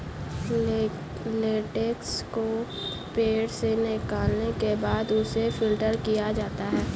latex को पेड़ से निकालने के बाद उसे फ़िल्टर किया जाता है